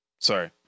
Sorry